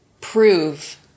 prove